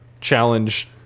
challenge